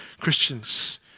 Christians